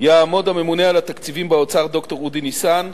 יעמוד הממונה על התקציבים באוצר, ד"ר אודי ניסן.